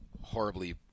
horribly